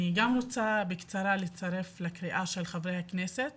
אני גם רוצה בקצרה להצטרף לקריאה של חברי הכנסת